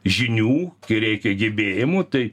žinių kai reikia gebėjimų tai